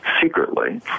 secretly